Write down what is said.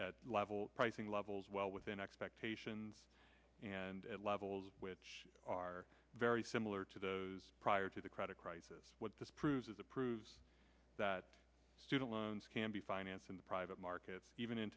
at level pricing levels well within expectations and goals which are very similar to those prior to the credit crisis what this proves is the proves that student loans can be financed in the private markets even in